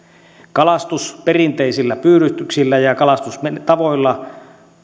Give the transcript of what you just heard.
kalastus perinteisillä pyydyksillä ja kalastustavoilla